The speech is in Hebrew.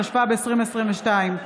התשפ"ב 2022,